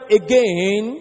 again